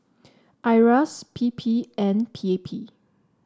Iras P P and P A P